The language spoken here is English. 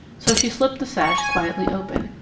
so she slipped the sash quietly open,